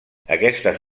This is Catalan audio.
aquestes